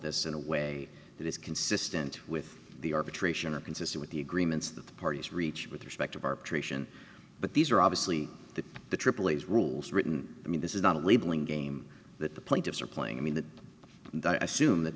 this in a way that is consistent with the arbitration or consistent with the agreements that the parties reached with respective arbitration but these are obviously the the tripoli's rules written i mean this is not a labeling game that the plaintiffs are playing i mean the assume that